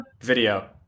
video